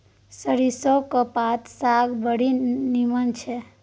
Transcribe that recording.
सरिसौंक पत्ताक साग बड़ नीमन छै